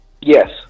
Yes